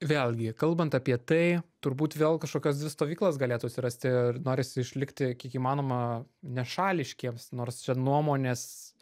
vėlgi kalbant apie tai turbūt vėl kažkokios dvi stovyklos galėtų atsirasti ir norisi išlikti kiek įmanoma nešališkiems nors čia nuomonės